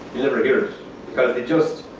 you never hear it. because they just